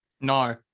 No